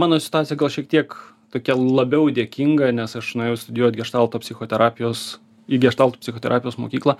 mano situacija gal šiek tiek tokia labiau dėkinga nes aš nuėjau studijuot geštalto psichoterapijos į geštalto psichoterapijos mokyklą